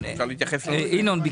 ינון,